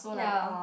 ya